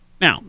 Now